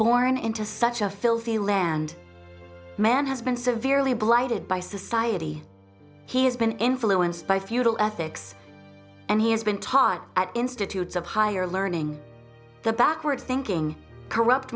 born into such a filthy land man has been severely blighted by society he has been influenced by feudal ethics and he has been taught at institutes of higher learning the backwards thinking corrupt